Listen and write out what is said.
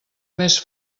més